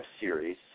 series